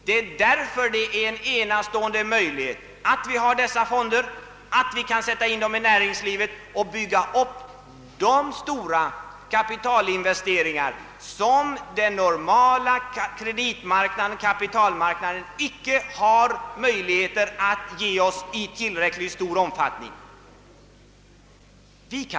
Det är därför en enastående möjlighet att vi har dessa fonder, att vi kan sätta in dem i näringslivet och bygga upp de stora kapitalinvesteringar som den normala kreditoch kapitalmarknaden icke har möjligheter att åstadkomma i tillräckligt stor omfattning.